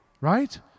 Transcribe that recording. right